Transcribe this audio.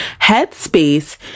Headspace